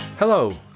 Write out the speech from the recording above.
Hello